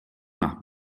nach